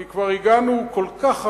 כי כבר הגענו כל כך עמוק,